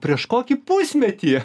prieš kokį pusmetį